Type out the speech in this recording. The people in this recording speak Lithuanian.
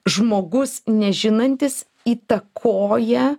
žmogus nežinantis įtakoja